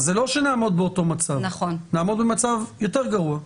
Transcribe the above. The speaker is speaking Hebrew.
אז זה לא שנעמוד באותו מצב, נעמוד במצב יותר גרוע.